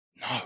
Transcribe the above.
No